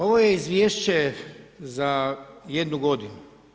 Ovo je izvješće za jednu godinu.